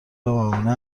موانع